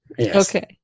Okay